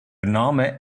name